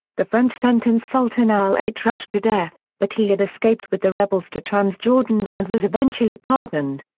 the french sentenced sultan al-atrash to death, but he had escaped with the rebels to transjordan and was eventually pardoned.